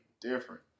Different